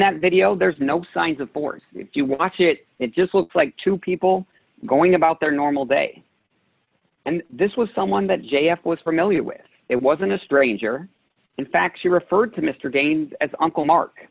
that video there's no signs of force if you watch it it just looks like two people going about their normal day and this was someone that j f was familiar with it wasn't a stranger in fact she referred to mr gaines as uncle mark